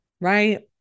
right